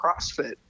crossfit